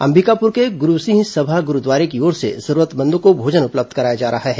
अंबिकापुर के गुरूसिंह सभा गुरूद्वारे की ओर से जरूतरमंदों को भोजन उपलब्ध कराया जा रहा है